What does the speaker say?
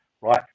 right